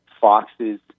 foxes